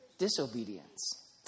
disobedience